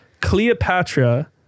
Cleopatra